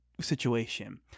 situation